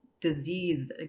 disease